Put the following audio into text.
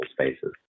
spaces